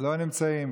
לא נמצאת,